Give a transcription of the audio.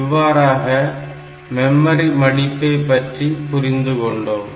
இவ்வாறாக மெமரி மடிப்பை பற்றி புரிந்து கொண்டோம்